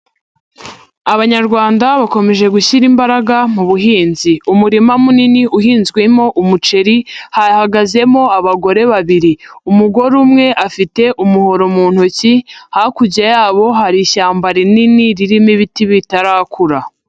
Abanyarwanda bakomeje gushyira imbaraga mu buhinzi, umurima munini uhinzwemo umuceri hahagazemo abagore babiri, umugore umwe afite umuhoro mu ntoki, hakurya yabo hari ishyamba rinini ririmo ibiti bitarakura.